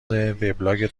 وبلاگت